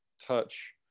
touch